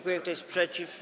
Kto jest przeciw?